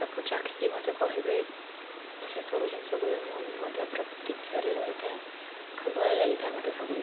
ତାକୁ ଚାଖିକି ମୋତେ କହିବେ ସେ ସବୁ ଜିନିଷକୁ ବି ମୁଁ ମଧ୍ୟ ପ୍ରତିକ୍ଷାରେ ରହିଥାଏ ଖୁବ୍ ଭଲ ଲାଗିଥାଏ ମୋତେ ସବୁ